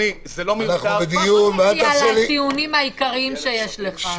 ואל תעשה לי --- בואו נגיע לטיעונים העיקריים שיש לך.